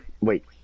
Wait